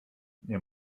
nie